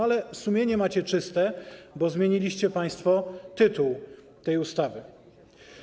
Ale sumienie macie czyste, bo zmieniliście państwo tytuł tej ustawy.